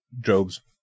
job's